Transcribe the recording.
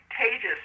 contagious